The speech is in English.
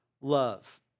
love